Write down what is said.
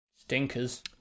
Stinkers